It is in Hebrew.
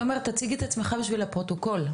תומר תציג את עצמך בבקשה לפרוטוקול.